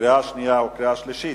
קריאה שנייה וקריאה שלישית.